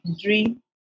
dream